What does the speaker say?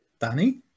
Danny